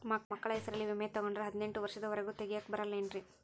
ಮಕ್ಕಳ ಹೆಸರಲ್ಲಿ ವಿಮೆ ತೊಗೊಂಡ್ರ ಹದಿನೆಂಟು ವರ್ಷದ ಒರೆಗೂ ತೆಗಿಯಾಕ ಬರಂಗಿಲ್ಲೇನ್ರಿ?